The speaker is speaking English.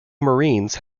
marines